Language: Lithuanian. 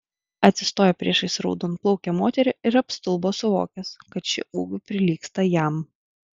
atsistojo priešais raudonplaukę moterį ir apstulbo suvokęs kad ši ūgiu prilygsta jam